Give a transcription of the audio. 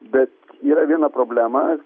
bet yra viena problema